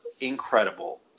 incredible